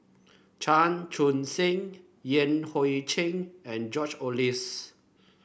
Chan Chun Sing Yan Hui Chen and George Oehlers